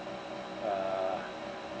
uh